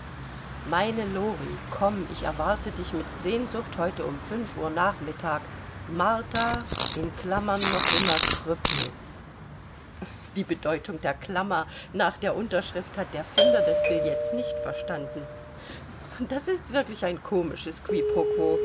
meine lori komm ich erwarte dich mit sehnsucht heute um uhr nachmittag martha noch immer krüppel die bedeutung der klammer nach der unterschrift hat der finder des billets nicht verstanden das ist wirklich ein komisches